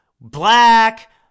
Black